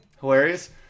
Hilarious